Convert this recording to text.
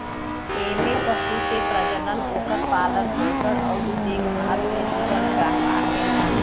एमे पशु के प्रजनन, ओकर पालन पोषण अउरी देखभाल से जुड़ल काम आवेला